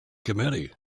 committee